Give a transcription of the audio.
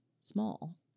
small